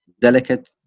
delicate